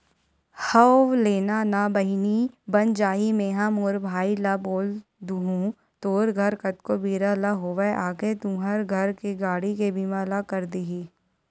हव लेना ना बहिनी बन जाही मेंहा मोर भाई ल बोल दुहूँ तोर घर कतको बेरा ले होवय आके तुंहर घर के गाड़ी के बीमा ल कर दिही